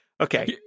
Okay